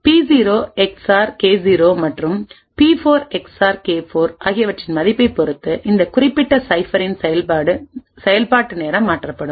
எனவே பி0 எக்ஸ்ஆர் கே0 மற்றும் பி4 எக்ஸ்ஆர் கே4 ஆகியவற்றின் மதிப்பைப் பொறுத்து இந்த குறிப்பிட்ட சைஃபரின் செயல்பாட்டு நேரம் மாறுபடும்